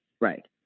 Right